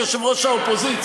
חברת הכנסת מיכל רוזין,